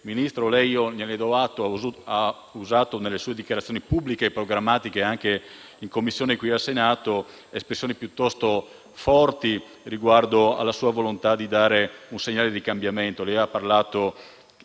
Ministro, lei ha usato nelle sue dichiarazioni pubbliche e programmatiche anche in Commissione qui al Senato - gliene do atto - espressioni piuttosto forti riguardo alla sua volontà di dare un segnale di cambiamento.